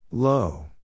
Low